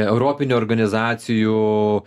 europinių organizacijų